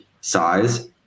size